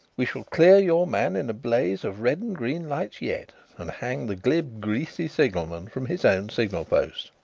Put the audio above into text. we shall clear your man in a blaze of red and green lights yet and hang the glib, greasy signalman from his own signal-post.